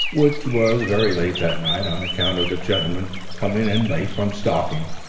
which was very late that night on account of the gentlemen coming in late from stalking,